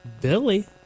Billy